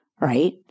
right